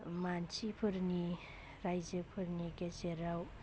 मानसिफोरनि रायजोफोरनि गेजेराव